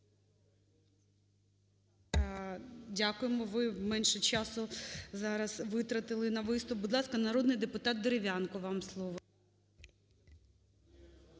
Дякуємо, ви менше часу зараз витратили на виступ. Будь ласка, народний депутат Дерев'янко, вам слово.